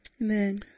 Amen